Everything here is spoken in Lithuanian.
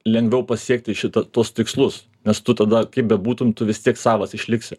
lengviau pasiekti šita tuos tikslus nes tu tada kaip bebūtum tu vis tiek savas išliksi